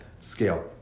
scale